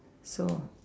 so